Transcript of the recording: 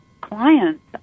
clients